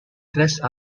dressed